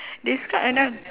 describe a noun